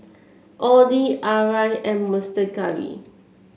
Audi Arai and Monster Curry